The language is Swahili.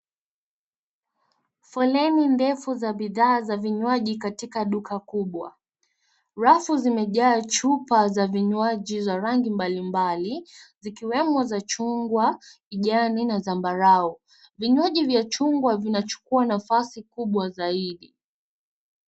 Foleni ndefu za bidhaa za vinywaji katika duka kubwa, rafu zimejaa chupa za vinywaji za rangi mbali mbali, zikiwemo za chungwa, kijani na zambarao. Vinywaji vya chungwa vinachukua nafasi kubwa zaidi.